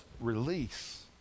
release